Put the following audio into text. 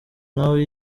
nawe